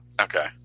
Okay